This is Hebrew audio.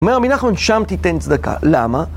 אומר מנחם, שם תיתן צדקה, למה?